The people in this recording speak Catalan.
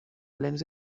plens